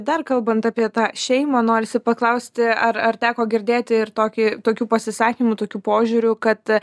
dar kalbant apie tą šeimą norisi paklausti ar ar teko girdėti ir tokį tokių pasisakymų tokių požiūrių kad